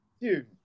Dude